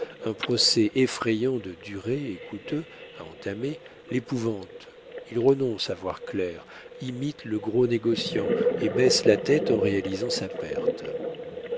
un procès effrayant de durée et coûteux à entamer l'épouvante il renonce à voir clair imite le gros négociant et baisse la tête en réalisant sa perte